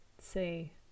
say